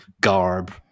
garb